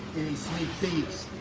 sneak peaks,